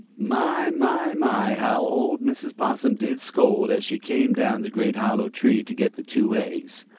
my, my, my, how old mrs. possum did scold, as she came down the great hollow tree to get the two eggs.